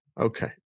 Okay